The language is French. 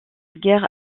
guerre